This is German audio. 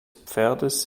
pferdes